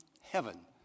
Heaven